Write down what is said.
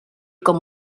com